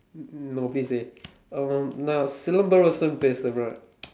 no please dey um நான்:naan Silambarasan பேசுறேன்:peesureen